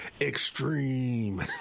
extreme